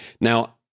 Now